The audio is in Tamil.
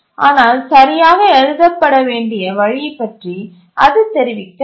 ஆனால் சரியாக எழுதப்பட வேண்டிய வழி பற்றி அது தெரிவிக்கவில்லை